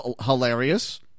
hilarious